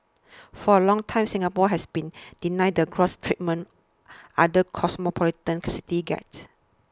for a long time Singapore has been denied the gloss treatment other cosmopolitan cities get